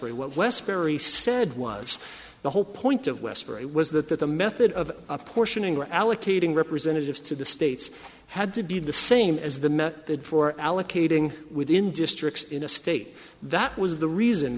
ry what westbury said was the whole point of westbury was that that the method of apportioning or allocating representatives to the states had to be the same as the met that for allocating within districts in a state that was the reason